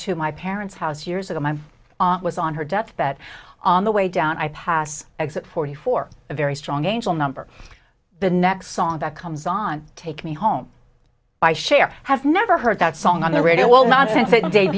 to my parents house years ago my aunt was on her deathbed on the way down i pass exit forty four a very strong angel number the next song that comes on take me home by cher have never heard that song on the radio well not